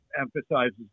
emphasizes